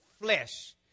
flesh